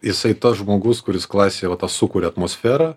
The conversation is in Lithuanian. jisai tas žmogus kuris klasėje va tą sukuria atmosferą